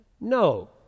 No